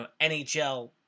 NHL